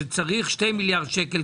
שצריך 2 מיליארד שקל,